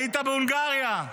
היית בהונגריה.